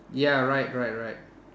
ya right right right